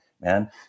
man